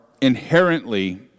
inherently